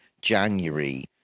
January